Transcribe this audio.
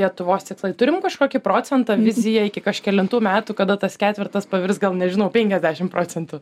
lietuvos tikslai turim kažkokį procentą viziją iki kažkelintų metų kada tas ketvertas pavirs gal nežinau penkiasdešim procentų